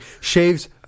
shaves